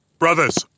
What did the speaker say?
Brothers